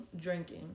drinking